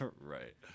Right